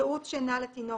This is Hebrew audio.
ייעוץ שינה לתינוק,